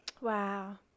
Wow